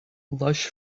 lush